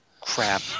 crap